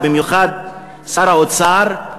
ובמיוחד שר האוצר,